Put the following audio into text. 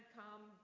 come